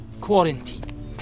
Quarantine